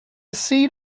seed